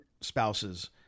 spouses